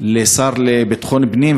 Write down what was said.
לשר לביטחון פנים,